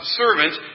servant